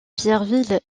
pierreville